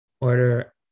order